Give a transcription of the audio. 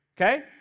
okay